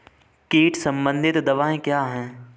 कीट संबंधित दवाएँ क्या हैं?